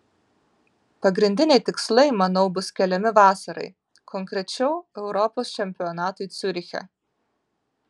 pagrindiniai tikslai manau bus keliami vasarai konkrečiau europos čempionatui ciuriche